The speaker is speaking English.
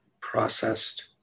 processed